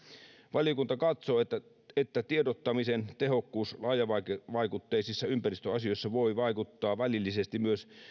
valiokunta katsoo että että tiedottamisen tehokkuus laajavaikutteisissa ympäristöasioissa voi vaikuttaa välillisesti myös